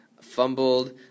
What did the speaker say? fumbled